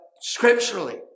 scripturally